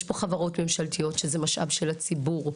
יש פה חברות ממשלתיות, שזה משאב של הציבור.